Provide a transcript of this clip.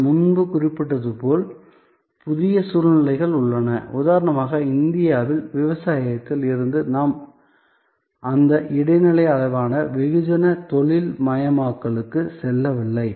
நான் முன்பு குறிப்பிட்டது போல் புதிய சூழ்நிலைகள் உள்ளன உதாரணமாக இந்தியாவில் விவசாயத்தில் இருந்து நாம் அந்த இடைநிலை அளவிலான வெகுஜன தொழில்மயமாக்கலுக்கு செல்லவில்லை